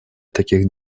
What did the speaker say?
таких